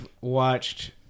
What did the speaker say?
watched